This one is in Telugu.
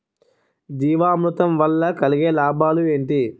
జీవామృతం వల్ల కలిగే లాభాలు ఏంటి?